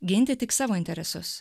ginti tik savo interesus